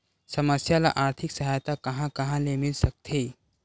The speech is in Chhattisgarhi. समस्या ल आर्थिक सहायता कहां कहा ले मिल सकथे?